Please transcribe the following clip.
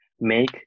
make